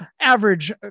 average